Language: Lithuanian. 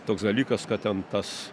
toks dalykas kad ten tas